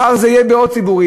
מחר זה יהיה לגבי עוד ציבורים.